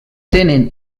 tenen